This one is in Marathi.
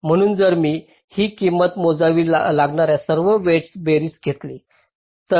म्हणून जर मी ही किंमत मोजावी लागणार्या सर्व वेईटस बेरीज घेतली तर